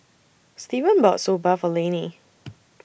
Steven bought Soba For Lanie